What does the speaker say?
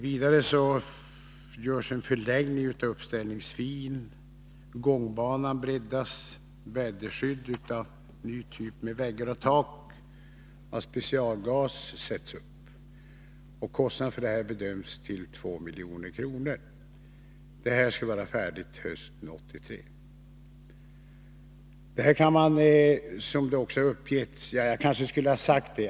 Vidare görs en förlängning av uppställningsfilen, gångbanan breddas, och ett väderskydd av ny typ med väggar och tak av specialglas sätts upp. Kostnaderna för detta bedöms till 2 milj.kr. Det hela skall vara färdigt hösten 1983.